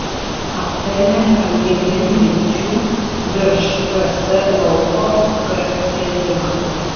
aptarėme algebrinių lygčių virš ks lauko k sprendimą